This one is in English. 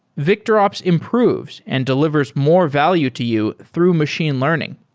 victorops improves and delivers more value to you through machine learning.